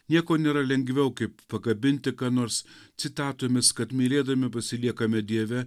nieko nėra lengviau kaip pakabinti ką nors citatomis kad mylėdami pasiliekame dieve